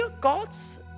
God's